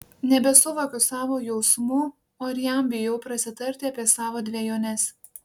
nebesuvokiu savo jausmų o ir jam bijau prasitarti apie savo dvejones